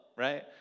right